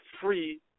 free